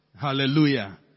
Hallelujah